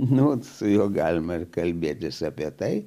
nuolat su juo galima ir kalbėtis apie tai